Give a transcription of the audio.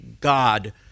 God